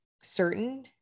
certain